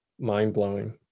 mind-blowing